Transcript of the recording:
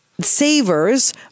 savers